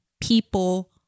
people